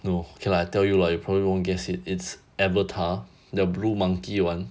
no okay lah tell you lah you probably won't guess it it's avatar the blue monkey one